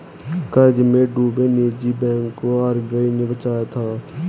कर्ज में डूबे निजी बैंक को आर.बी.आई ने बचाया था